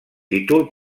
títol